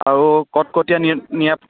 আৰু কটকটীয়া